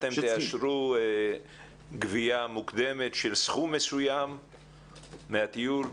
אתם תאשרו גבייה מוקדמת של סכום מסוים מהטיול?